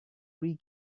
free